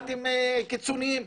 אתם קיצוניים.